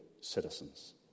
citizens